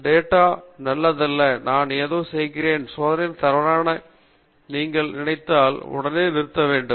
data நல்லதல்ல நான் ஏதோ செய்கிறேன் சோதனைகளில் தவறானவை எனவே நீங்கள் நினைத்தால் உடனே நிறுத்த வேண்டும்